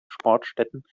sportstätten